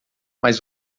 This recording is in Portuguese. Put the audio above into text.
mas